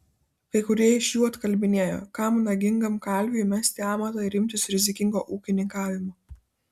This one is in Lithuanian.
kai kurie iš jų atkalbinėjo kam nagingam kalviui mesti amatą ir imtis rizikingo ūkininkavimo